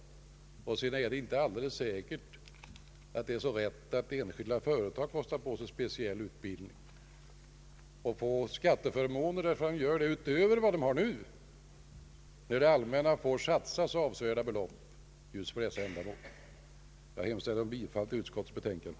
Sedan är det heller inte alldeles säkert att det är rätt att enskilda företag får skatteförmåner därför att de kostar på sina anställda speciell utbildning utöver den utbildning som redan finns och för vilken det allmänna får satsa så avsevärda belopp. Jag hemställer om bifall till utskottets betänkande.